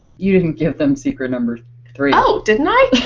you didn't give them secret number three. oh didn't i?